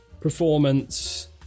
performance